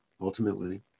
ultimately